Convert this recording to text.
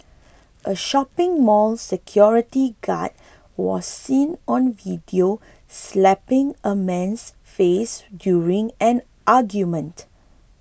a shopping mall security guard was seen on video slapping a man's face during an argument